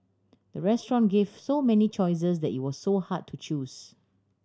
the restaurant gave so many choices that it was so hard to choose